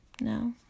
no